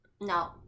no